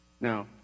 Now